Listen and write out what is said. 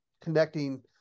connecting